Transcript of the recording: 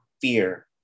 fear